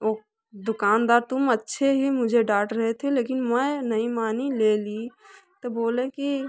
ओ दुकानदार तुम अच्छे ही मुझे डाँट रहे थे लेकिन मैं नहीं मानी ले ली तो बोले कि